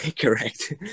correct